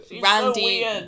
Randy